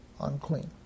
unclean